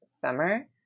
summer